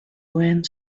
went